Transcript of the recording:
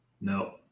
No